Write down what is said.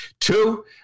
Two